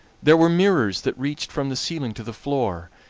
there were mirrors that reached from the ceiling to the floor,